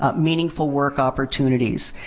ah meaningful work opportunities.